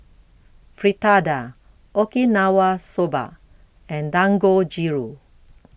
Fritada Okinawa Soba and Dangojiru